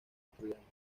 estudiando